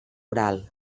oral